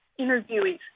interviewees